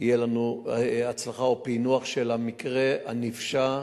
תהיה לנו הצלחה או פענוח של המקרה הנפשע